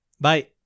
Bye